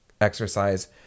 exercise